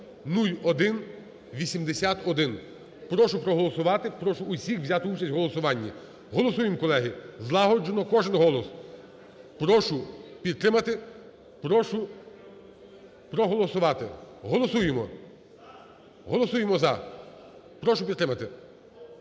Прошу проголосувати, прошу всіх взяти участь у голосуванні. Голосуємо, колеги, злагоджено кожний голос. Прошу підтримати, прошу проголосувати. Голосуємо. Голосуємо – "за", прошу підтримати.